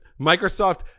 Microsoft